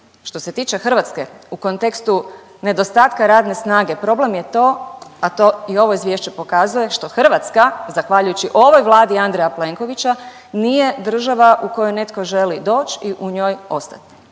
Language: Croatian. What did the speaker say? Što se tiče Hrvatske u kontekstu nedostatka radne snage problem je to, a to i ovo izvješće pokazuje što Hrvatska zahvaljujući ovoj Vladi Andreja Plenkovića nije država u koju netko želi doći i u njoj ostati.